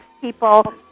people